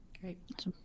Great